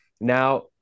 Now